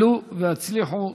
עלו והצליחו.